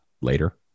later